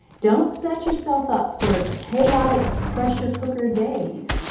don't set yourself up for chaotic, pressure-cooker days.